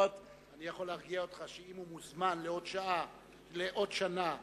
אני יכול להרגיע אותך שאם הוא מוזמן לעוד שנה לטיעון,